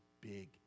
big